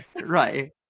Right